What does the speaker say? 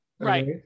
Right